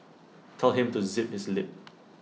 tell him to zip his lip